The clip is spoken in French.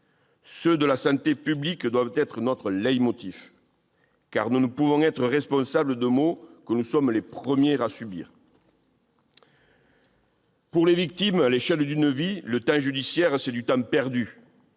Ceux de santé publique doivent être notre unique leitmotiv. Nous ne pouvons être responsables de maux que nous sommes les premiers à subir. Pour les victimes, à l'échelle d'une vie, le temps judiciaire, c'est du temps perdu.